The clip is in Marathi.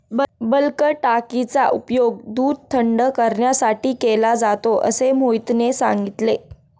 बल्क टाकीचा उपयोग दूध थंड करण्यासाठी केला जातो असे मोहितने सांगितले